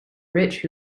rich